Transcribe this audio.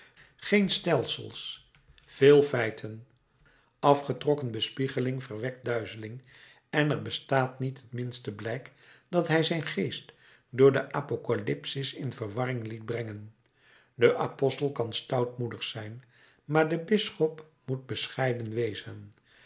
geen stelsels veel feiten afgetrokken bespiegeling verwekt duizeling en er bestaat niet het minste blijk dat hij zijn geest door de apocalypsis in verwarring liet brengen de apostel kan stoutmoedig zijn maar de bisschop moet bescheiden wezen